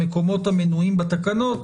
במקומות המנויים בתקנות,